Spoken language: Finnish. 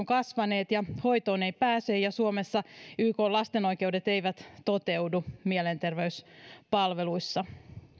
kasvaneet ja hoitoon ei pääse ja suomessa ykn lasten oikeudet eivät toteudu mielenterveyspalveluissa